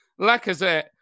Lacazette